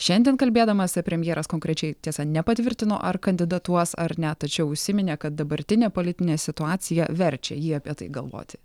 šiandien kalbėdamas premjeras konkrečiai tiesa nepatvirtino ar kandidatuos ar ne tačiau užsiminė kad dabartinė politinė situacija verčia jį apie tai galvoti